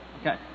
Okay